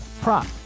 prop